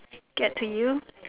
get to you